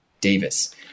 Davis